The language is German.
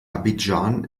abidjan